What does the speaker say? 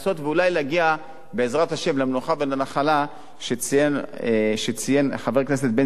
ואולי להגיע בעזרת השם למנוחה ולנחלה שציין חבר הכנסת בן-סימון,